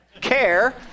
care